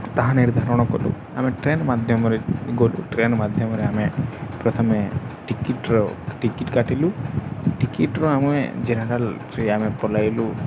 ତାହା ନିର୍ଦ୍ଧାରଣ କଲୁ ଆମେ ଟ୍ରେନ୍ ମାଧ୍ୟମରେ ଗଲୁ ଟ୍ରେନ୍ ମାଧ୍ୟମରେ ଆମେ ପ୍ରଥମେ ଟିକିଟ୍ର ଟିକିଟ୍ କାଟିଲୁ ଟିକିଟ୍ର ଆମେ ଜେନେରାଲ୍ରେ ଆମେ ପଳାଇଲୁ